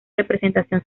representación